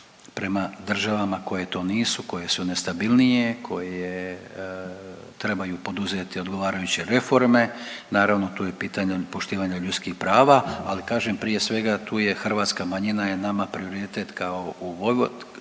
prema državama koje to nisu, koje su nestabilnije, koje trebaju poduzeti odgovarajuće reforme. Naravno tu je pitanje poštivanja ljudskih prava, ali kažem prije svega tu je hrvatska manjina kako u Vojvodini,